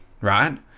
right